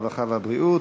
הרווחה והבריאות.